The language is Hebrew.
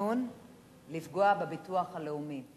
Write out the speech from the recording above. תכנון לפגוע בביטוח הלאומי,